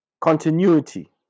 continuity